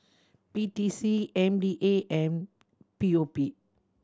P T C M D A and P O P